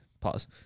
Pause